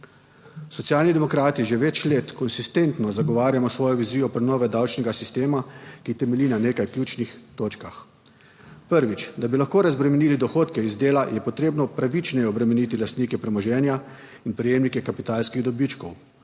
Socialni demokrati že več let konsistentno zagovarjamo svojo vizijo prenove davčnega sistema, ki temelji na nekaj ključnih točkah. Prvič, da bi lahko razbremenili dohodke iz dela, je potrebno pravičneje obremeniti lastnike premoženja in prejemnike kapitalskih dobičkov